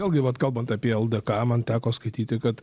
vėlgi vat kalbant apie ldk man teko skaityti kad